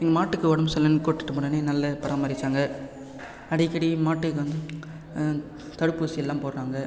எங்கள் மாட்டுக்கு உடம்பு சரியில்லைன்னு கூட்டிட்டு போனோன்னே நல்லா பராமரிச்சாங்க அடிக்கடி மாட்டுக்கு வந்து தடுப்பூசி எல்லாம் போட்றாங்க